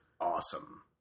awesome